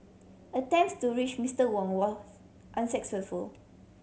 attempts to reach Mister Wang were unsuccessful